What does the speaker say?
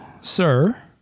sir